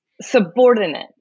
subordinate